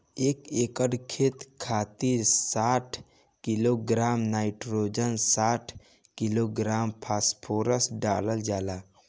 एक एकड़ खेत खातिर साठ किलोग्राम नाइट्रोजन साठ किलोग्राम फास्फोरस डालल जाला?